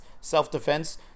Self-defense